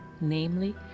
namely